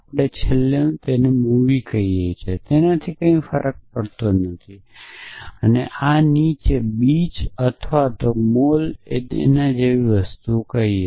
આપણે છેલ્લે મૂવી કહેવામાં આવે છે તે કંઇ પણ ફરક પડતું નથી અને આ નીચે બીચ અથવા મોલ અને તે જેવી વસ્તુઓ કહીએ